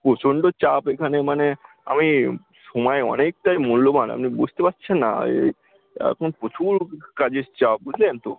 প্রচণ্ড চাপ এখানে মানে আমি সময় অনেকটাই মূল্যবান আপনি বুঝতে পাচ্ছেন না এই এখন প্রচুর কাজের চাপ বুঝলেন তো